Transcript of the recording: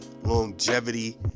longevity